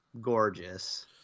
gorgeous